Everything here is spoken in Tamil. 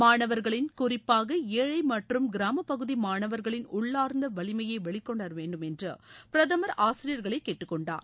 மாணவர்களின் குறிப்பாக ஏழை மற்றும் கிராமப்பகுதி மாணவர்களின் உள்ளார்ந்த வலிமையை வெளி கொண்டுவர வேண்டும் என்று பிரதமர் ஆசிரியர்களை கேட்டுக்கொண்டார்